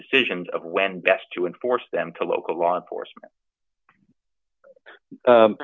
decisions of when best to enforce them to local law enforcement